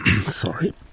Sorry